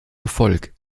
erfolg